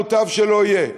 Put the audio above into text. מוטב שלא יהיה,